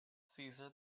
caesar